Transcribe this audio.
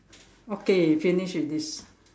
okay finish with this